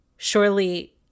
Surely